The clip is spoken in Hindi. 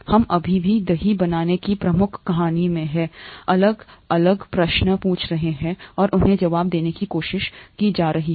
हम अभी भी दही बनाने की प्रमुख कहानी में हैं हम अलग अलग प्रश्न पूछ रहे हैं और उन्हें जवाब देने की कोशिश की जा रही है